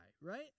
right